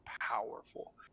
powerful